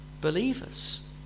believers